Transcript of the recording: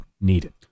needed